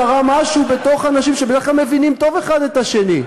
קרה משהו בתוך אנשים שבדרך כלל מבינים טוב האחד את השני.